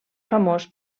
famós